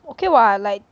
okay [what] like